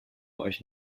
euch